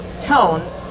tone